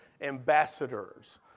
ambassadors